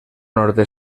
norte